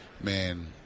man